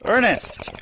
Ernest